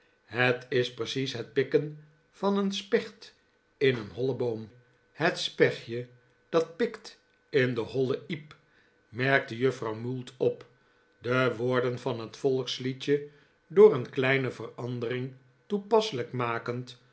het is precies het pikken van een specht in een hollen boom de familie mould het spechtje dat pikt in den hollen iep t merkte juffrouw mould op de woorden van het volksliedje door een kleine verandering toepasselijk makend